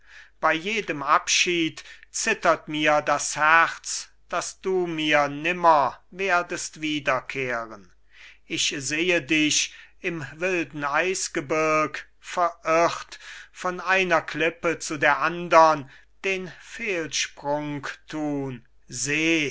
bei jedem abschied zittert mir das herz dass du mir nimmer werdest wiederkehren ich sehe dich im wilden eisgebirg verirrt von einer klippe zu der andern den fehlsprung tun